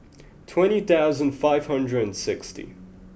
twenty thousands five hundred and sixty